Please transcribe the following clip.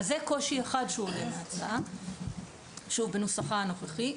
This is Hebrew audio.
אז זה קושי אחד שעולה מההצעה, שוב, בנוסחה הנוכחי.